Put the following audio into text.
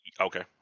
okay